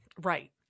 Right